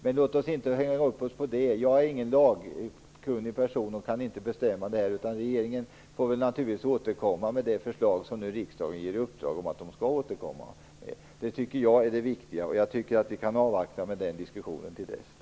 Låt oss dock inte hänga upp oss på det! Jag är inte en lagkunnig person och kan inte bestämma detta. Regeringen får återkomma med det förslag som riksdagen nu ger regeringen i uppdrag att återkomma med. Det tycker jag är det viktiga här. Jag tycker alltså att vi kan avvakta med den diskussionen till dess.